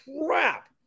crap